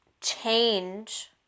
change